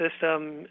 system